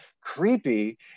Creepy